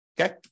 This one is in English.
okay